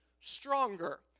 stronger